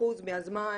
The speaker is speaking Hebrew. מהזמן